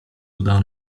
udało